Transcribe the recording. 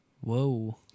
Whoa